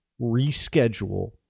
reschedule